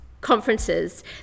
conferences